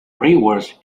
rewards